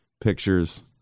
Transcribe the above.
pictures